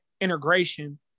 integration